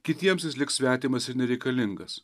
kitiems jis liks svetimas ir nereikalingas